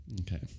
Okay